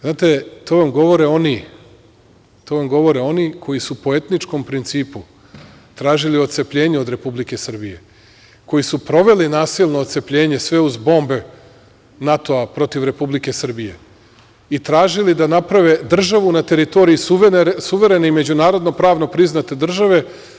Znate, to vam govore oni koji su po etničkom principu tražili otcepljenje od Republike Srbije, koji su proveli nasilno ocepljenje, sve uz bombe NATO-a, protiv Republike Srbije i tražili da naprave državu na teritoriji suverene i međunarodno pravno priznate države.